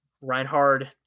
Reinhard